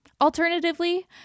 Alternatively